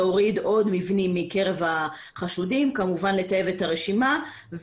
להוריד עוד מבנים מקרב החשודים וכמובן לטייב את הרשימה.